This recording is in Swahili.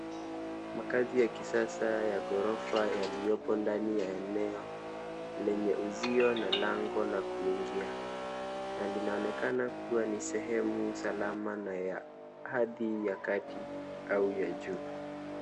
Makazi ya kisasa ya ghorofa yaliyopo ndani ya eneo lenye uzio na lango la kuingia na linaonekana kuwa ni sehemu salama na ya hadhi ya kati au ya juu.